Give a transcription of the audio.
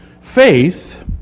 Faith